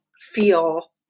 feel